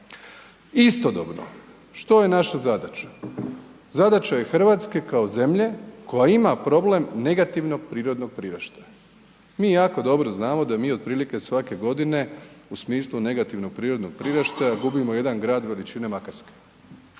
Istodobno, što je naša zadaća? Zadaća je Hrvatske, kao zemlje koja ima problem negativnog prirodnog priraštaja. Mi jako dobro znamo da mi otprilike svake godine u smislu negativnog prirodnog priraštaja gubimo jedan grad veličine Makarske.